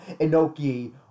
Inoki